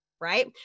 right